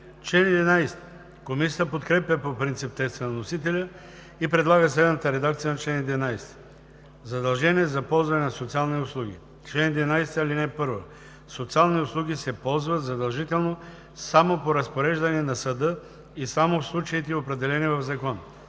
АДЕМОВ: Комисията подкрепя по принцип текста на вносителя и предлага следната редакция на чл. 11: „Задължение за ползване на социални услуги Чл. 11. (1) Социални услуги се ползват задължително само по разпореждане на съда и само в случаите, определени в закон.